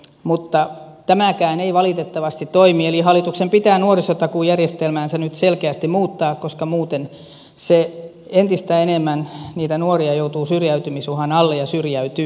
mutta tämäkään ei valitettavasti toimi eli hallituksen pitää nuorisotakuujärjestelmäänsä nyt selkeästi muuttaa koska muuten entistä enemmän niitä nuoria joutuu syrjäytymisuhan alle ja syrjäytyy